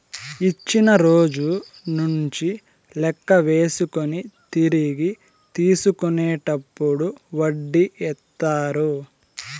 ఇచ్చిన రోజు నుంచి లెక్క వేసుకొని తిరిగి తీసుకునేటప్పుడు వడ్డీ ఏత్తారు